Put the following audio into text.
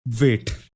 wait